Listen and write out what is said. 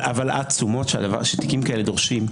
התשומות שתיקים כאלה דורשים,